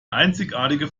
einzigartige